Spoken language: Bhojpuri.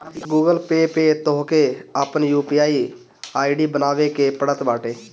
गूगल पे पअ तोहके आपन यू.पी.आई आई.डी बनावे के पड़त बाटे